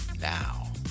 Now